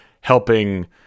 helping